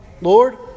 Lord